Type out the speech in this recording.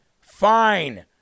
Fine